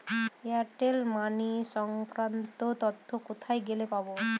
Airtel money সংক্রান্ত তথ্য কোথায় গেলে পাব?